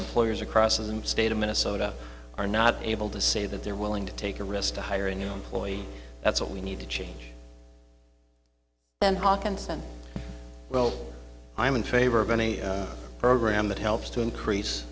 employers across the state of minnesota are not able to say that they're willing to take a risk to hire a new employee that's what we need to change and haakanson well i'm in favor of any program that helps to increase